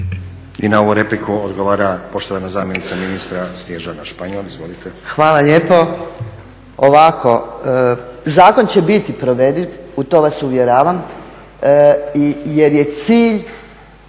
I na ovu repliku odgovara poštovana zamjenica ministra Snježana Španjol. **Španjol, Snježana** Hvala lijepo. Zakon će biti provediv u to vas uvjeravam jer je cilj